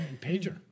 pager